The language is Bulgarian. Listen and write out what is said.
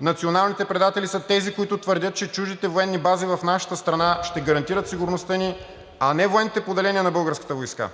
Националните предатели са тези, които твърдят, че чуждите военни бази в нашата страна ще гарантират сигурността ни, а не военните поделения на българската войска.